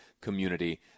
community